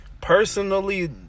personally